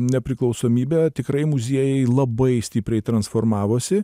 nepriklausomybę tikrai muziejai labai stipriai transformavosi